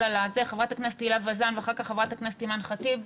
חברת הכנסת הילה וזאן ואחר כך חברת הכנסת אימאן ח'טיב.